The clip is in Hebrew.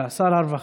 שר העבודה והרווחה,